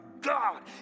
God